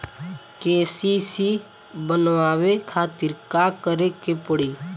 KCC बनवावे खातिर का करे के पड़ी?